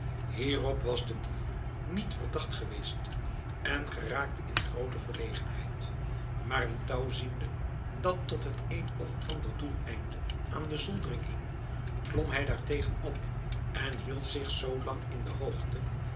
hierop was de dief niet verdacht geweest en geraakte in groote verlegenheid maar een touw ziende dat tot het een of ander doeleinde aan de zoldering hing klom hij daartegen op en hield zich zoolang in de hoogte